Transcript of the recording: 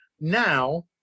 now